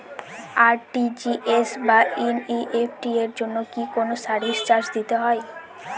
RTGS বা NEFT এর জন্য কি কোনো সার্ভিস চার্জ দিতে হয়?